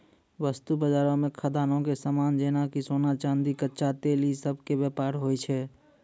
वस्तु बजारो मे खदानो के समान जेना कि सोना, चांदी, कच्चा तेल इ सभ के व्यापार होय छै